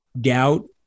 doubt